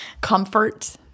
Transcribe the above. comfort